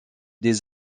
des